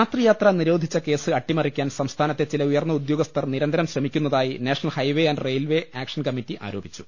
രാത്രിയാത്ര നിരോധന കേസ് അട്ടിമറിക്കാൻ സംസ്ഥാനത്തെ ചില ഉയർന്ന ഉദ്യോഗസ്ഥർ നിരന്തരം ശ്രമിക്കുന്നതായി national highway and railway action committee ആരോപിച്ചു